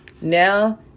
now